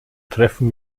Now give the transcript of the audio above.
treffen